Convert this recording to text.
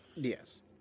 Yes